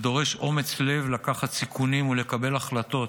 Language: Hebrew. דרוש אומץ לב כדי לקחת סיכונים ולקבל החלטות,